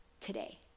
today